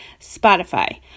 Spotify